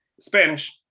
Spanish